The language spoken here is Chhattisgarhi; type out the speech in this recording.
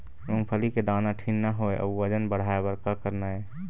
मूंगफली के दाना ठीन्ना होय अउ वजन बढ़ाय बर का करना ये?